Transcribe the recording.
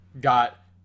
got